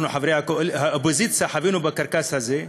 אנחנו, חברי האופוזיציה, חווינו את הקרקס הזה,